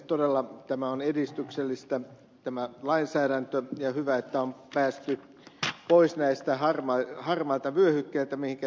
todella on edistyksellistä tämä lainsäädäntö ja on hyvä että on päästy pois tältä harmaalta vyöhykkeeltä niin kuin ed